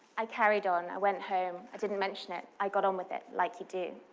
i carried on. i went home, i didn't mention it. i got on with it, like you do.